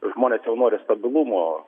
žmonės jau nori stabilumo